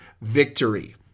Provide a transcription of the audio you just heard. victory